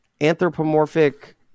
anthropomorphic